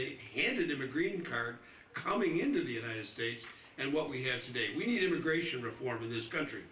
they handed him a green card coming into the united states and what we have today we need immigration reform in this country